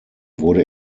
wurde